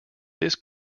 this